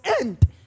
end